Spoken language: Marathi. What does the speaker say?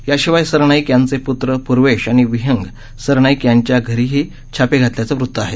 याशिवाय सरनाईक यांचे पूत्र पूर्वेश आणि विंहग सरनाईक यांच्या घरीही छापे घातल्याचं वृत आहे